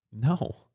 No